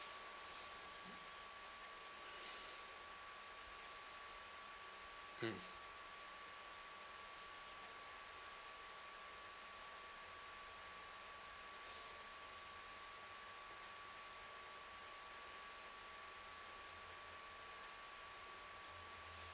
mm